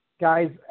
guys